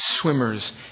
swimmers